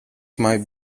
might